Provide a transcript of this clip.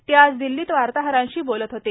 ते आज दिल्लीत वार्ताहरांशी बोलत होते